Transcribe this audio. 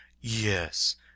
yes